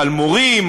על מורים,